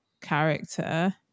character